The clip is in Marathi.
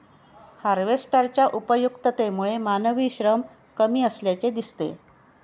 हार्वेस्टरच्या उपयुक्ततेमुळे मानवी श्रम कमी असल्याचे दिसते